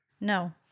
No